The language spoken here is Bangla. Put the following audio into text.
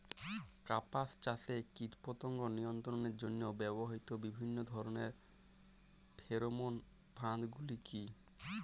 কাপাস চাষে কীটপতঙ্গ নিয়ন্ত্রণের জন্য ব্যবহৃত বিভিন্ন ধরণের ফেরোমোন ফাঁদ গুলি কী?